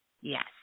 Yes